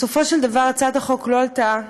בסופו של דבר הצעת החוק לא עלתה,